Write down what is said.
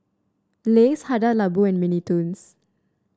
Lays Hada Labo and Mini Toons